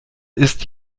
ist